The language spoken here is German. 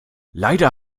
leider